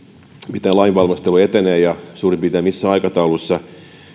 miten lain valmistelu etenee ja suurin piirtein missä aikataulussa